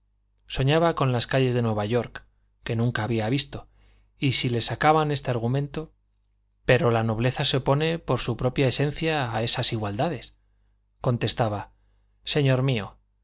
soñaba con las calles de nueva york que nunca había visto y si le sacaban este argumento pero la nobleza se opone por su propia esencia a esas igualdades contestaba señor mío